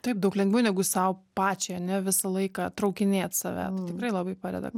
taip daug lengviau negu sau pačiai ane visą laiką traukinėt save tikrai labai padeda